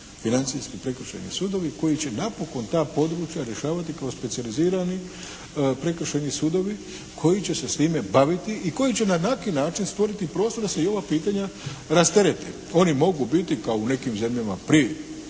financijski prekršajni sudovi koji će napokon ta područja rješavati kao specijalizirani prekršajni sudovi koji će se s time baviti i koji će na ovakav način stvoriti prostor da se i ova pitanja rasterete. Oni mogu biti kao u nekim zemljama pri